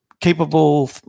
capable